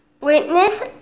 witness